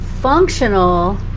functional